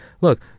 look